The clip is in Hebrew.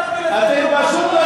קראתי שלוש פעמים, אתם פשוט לא